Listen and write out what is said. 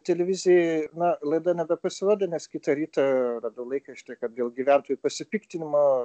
televizijai na laida nebepasirodė nes kitą rytą radau laikraštyje kad dėl gyventojų pasipiktinimo